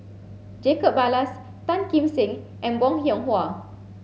Jacob Ballas Tan Kim Seng and Bong Hiong Hwa